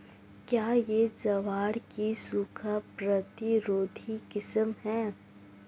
क्या यह ज्वार की सूखा प्रतिरोधी किस्म है?